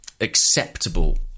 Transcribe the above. acceptable